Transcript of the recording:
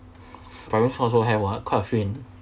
primary school also have [what] quite a few in